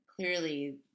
clearly